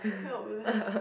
help lah